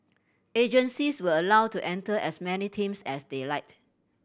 agencies were allow to enter as many teams as they liked